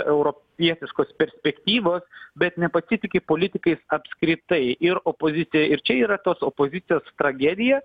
europietiškos perspektyvos bet nepasitiki politikais apskritai ir opozicija ir čia yra tos opozicijos tragedija